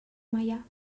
meià